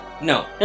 No